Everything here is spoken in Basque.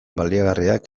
baliagarriak